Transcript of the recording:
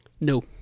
no